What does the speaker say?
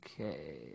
okay